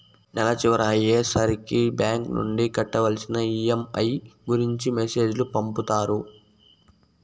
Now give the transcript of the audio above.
నెల చివర అయ్యే సరికి బ్యాంక్ నుండి కట్టవలసిన ఈ.ఎం.ఐ గురించి మెసేజ్ లు పంపుతారు